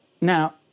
Now